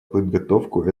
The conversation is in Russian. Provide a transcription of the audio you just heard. подготовку